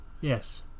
Yes